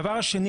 הדבר השני